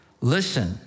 Listen